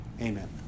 Amen